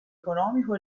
economico